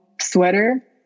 sweater